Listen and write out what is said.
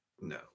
No